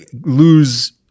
lose